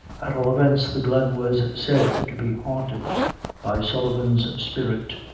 at all events the glen was said to be haunted by sullivan's spirit,